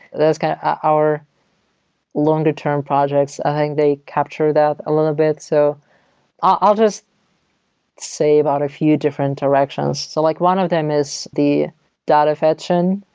that's kind of our longer-term projects. i think they capture that a little bit so i'll just say about a few different directions. so like one of them is the data fetching.